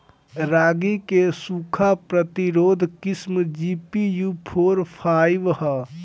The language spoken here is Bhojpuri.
रागी क सूखा प्रतिरोधी किस्म जी.पी.यू फोर फाइव ह?